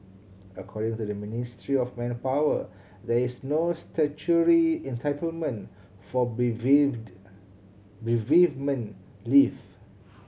according to the Ministry of Manpower there is no statutory entitlement for bereaved bereavement leave